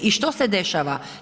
I što se dešava?